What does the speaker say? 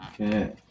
Okay